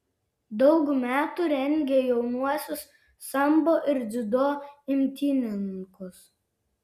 daug metų rengė jaunuosius sambo ir dziudo imtynininkus